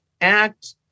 act